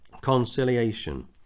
conciliation